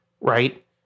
right